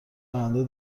آینده